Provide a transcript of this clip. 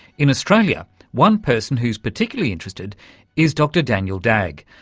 in australia one person who's particularly interested is dr daniel dagge,